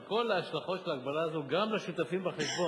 על כל ההשלכות של ההגבלה הזאת גם על שותפים בחשבון.